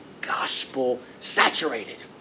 gospel-saturated